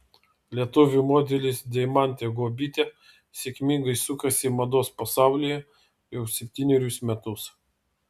lietuvių modelis deimantė guobytė sėkmingai sukasi mados pasaulyje jau septynerius metus